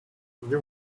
you